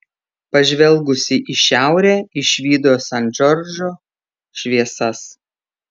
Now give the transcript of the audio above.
pažvelgusi į šiaurę išvydo sent džordžo šviesas